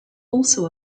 also